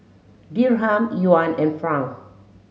Dirham Yuan and Franc